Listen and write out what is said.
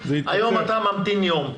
היום אתה ממתין יום.